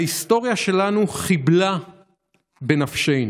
ההיסטוריה שלנו חיבלה בנפשנו.